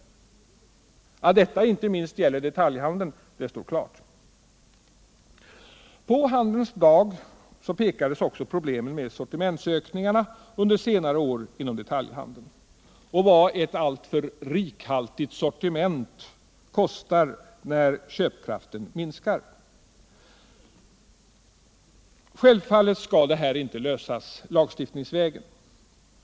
Att detta inte minst gäller detaljhandeln står klan. På Handelns dag pekades också på problemen med sortimentsökningarna under senare år inom detaljhandeln och på vad ett alltför rikhaltigt sortiment kostar när köpkraften minskar. Självfallet skall det här problemet inte lösas lagstiftningsvägen.